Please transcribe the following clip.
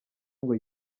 ngo